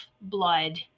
blood